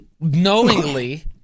knowingly